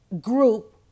Group